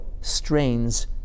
strains